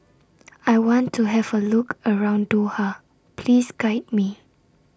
I want to Have A Look around Doha Please Guide Me